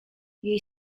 jej